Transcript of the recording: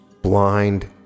Blind